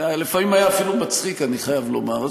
לפעמים היה אפילו מצחיק, אני חייב לומר.